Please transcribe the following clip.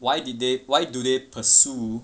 why did they why do they pursue